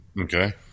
Okay